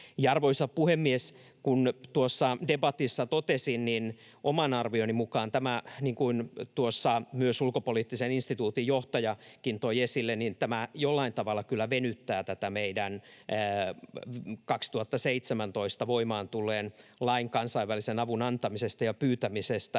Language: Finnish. Arvoisa puhemies! Kuten debatissa totesin, oman arvioni mukaan, niin kuin myös Ulkopoliittisen instituutin johtaja toi esille, tämä jollain tavalla kyllä venyttää tätä meidän 2017 voimaan tullutta lakia kansainvälisen avun antamisesta ja pyytämisestä